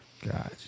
Gotcha